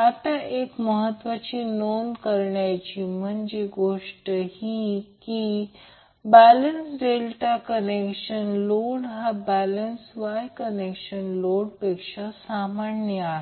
आता एक महत्वाची नोंद करण्याची गोष्ट म्हणजे बॅलेन्स डेल्टा कनेक्शन लोड हा बॅलेन्स Y कनेक्शन लोडपेक्षा सामान्य आहे